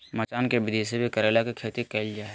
मचान के विधि से भी करेला के खेती कैल जा हय